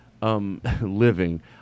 Living